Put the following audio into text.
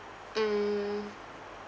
mm